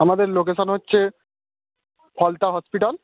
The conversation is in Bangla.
আমাদের লোকেশান হচ্ছে ফলতা হসপিটাল